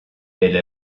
elle